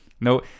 No